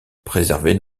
préserver